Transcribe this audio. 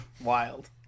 Wild